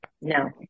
No